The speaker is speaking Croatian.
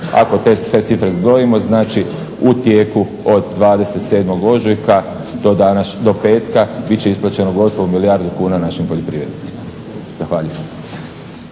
Ako te cifre zbrojimo znači u tijeku od 27.ožujka do petka biti će isplaćeno gotovo milijardu kuna našim poljoprivrednicima.